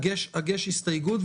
תגיש הסתייגות,